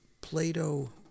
Plato